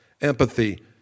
empathy